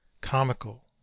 comical